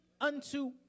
unto